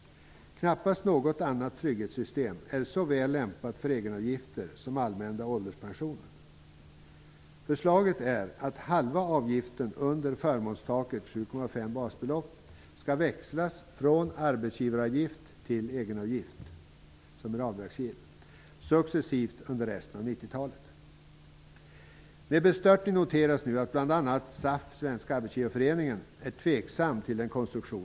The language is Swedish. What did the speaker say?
Knappast något annat trygghetssystem är så väl lämpat för egenavgifter som allmänna ålderspensionen. Förslaget innebär att halva avgiften under förmånstaket 7,5 basbelopp successivt skall växlas från arbetsgivaravgift till egenavgift, vilken är avdragsgill, under resten av 90-talet. Med bestörtning noteras nu att bl.a. SAF -- Svenska Arbetsgivareföreningen -- är tveksam till den konstruktionen.